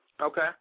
Okay